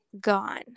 gone